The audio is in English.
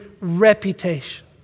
reputation